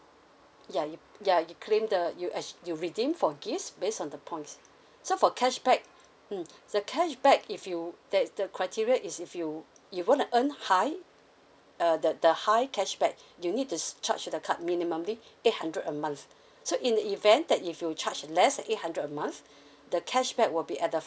ya ya you claim the you redeem for gifts based on the points so for cashback mm the cashback if you that's the criteria is if you you want to earn high uh the the high cashback you need s~ charge the card minimally eight hundred a month so in the event that if you charge less than eight hundred a month the cashback will be at the